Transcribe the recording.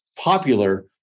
popular